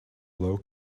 low